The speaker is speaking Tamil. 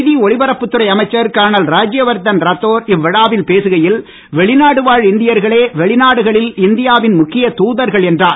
செய்தி ஒலிபரப்புத் துறை அமைச்சர் கர்னல் ராஜ்யவர்தன் ராத்தோர் இவ்விழாவில் பேசுகையில் வெளிநாடு வாழ் இந்தியர்களே வெளிநாடுகளில் இந்தியாவின் முக்கிய தூதர்கள் என்றார்